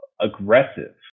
aggressive